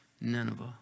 Nineveh